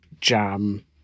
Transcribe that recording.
jam